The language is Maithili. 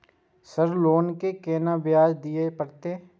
सर लोन के केना ब्याज दीये परतें?